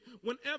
Whenever